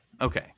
Okay